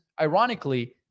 ironically